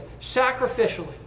sacrificially